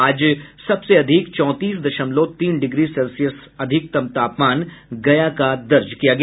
आज सबसे अधिक चौंतीस दशमलव तीन डिग्री सेल्सियस अधिकतम तापमान गया का दर्ज किया गया